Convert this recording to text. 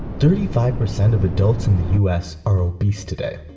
thirty five percent of adults in the us are obese today.